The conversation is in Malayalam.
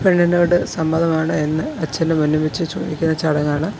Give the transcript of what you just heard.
പെണ്ണിൻറ്റവിടെ സമ്മതമാണ് എന്ന് അച്ഛൻ്റെ മുന്നിൽ വെച്ച് ചോദിക്കുന്ന ചടങ്ങാണ്